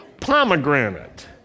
pomegranate